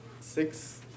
Six